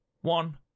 one